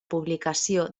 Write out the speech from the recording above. publicació